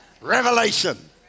Revelation